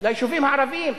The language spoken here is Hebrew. ליישובים הערביים,